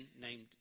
named